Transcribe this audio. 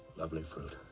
lovely fruit.